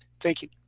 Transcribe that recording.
thank you.